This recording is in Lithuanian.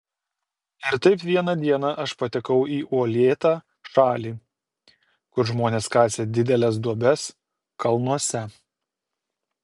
ir taip vieną dieną aš patekau į uolėtą šalį kur žmonės kasė dideles duobes kalnuose